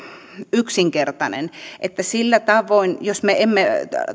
yksinkertainen sillä tavoin jos me emme